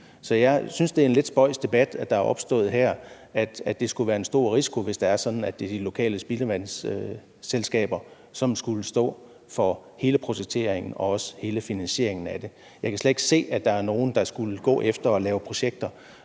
Så jeg synes, det er en lidt spøjs debat, der er opstået her, om, at det skulle være en stor risiko, hvis det er sådan, at det er de lokale spildevandsselskaber, som skulle stå for hele projekteringen og også hele finansieringen af det. Jeg kan slet ikke se, at der er nogen, der skulle gå efter at lave projekter,